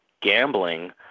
gambling